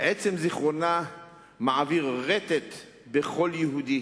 עצם זיכרונה מעביר רטט בכל יהודי